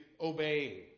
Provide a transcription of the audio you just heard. obeying